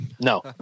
No